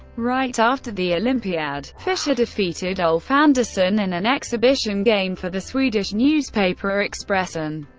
right after the olympiad, fischer defeated ulf andersson in an exhibition game for the swedish newspaper expressen.